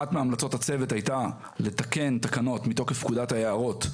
אחת מהמלצות הצוות הייתה לתקן תקנות מתוקף פקודת היערות,